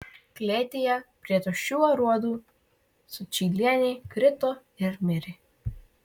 klėtyje prie tuščių aruodų sučylienė krito ir mirė